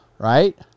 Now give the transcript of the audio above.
right